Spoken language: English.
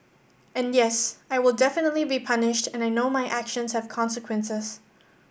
and yes I will definitely be punished and I know my actions have consequences